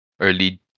early